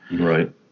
Right